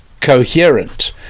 coherent